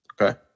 Okay